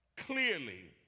clearly